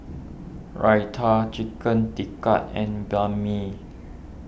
Raita Chicken Tikka and Banh Mi